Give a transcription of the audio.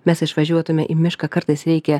mes išvažiuotume į mišką kartais reikia